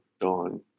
dawn